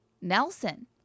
nelson